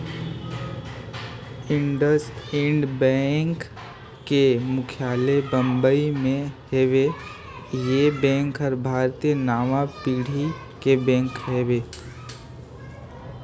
IndusInd bank के मुख्यालय बंबई मे हेवे, ये बेंक हर भारतीय नांवा पीढ़ी के बेंक हवे